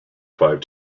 five